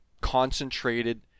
concentrated